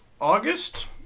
august